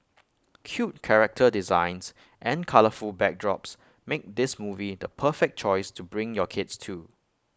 cute character designs and colourful backdrops make this movie the perfect choice to bring your kids to